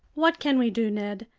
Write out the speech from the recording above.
what can we do, ned,